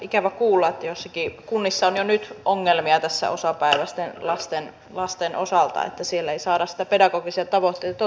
ikävä kuulla että joissakin kunnissa on jo nyt ongelmia näiden osapäiväisten lasten osalta että siellä ei saada niitä pedagogisia tavoitteita toteutettua